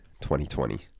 2020